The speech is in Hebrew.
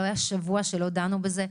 לא היה שבוע שלא דנו בזה.